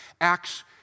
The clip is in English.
acts